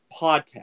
podcast